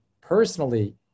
personally